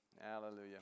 hallelujah